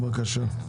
קצת.